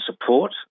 support